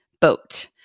boat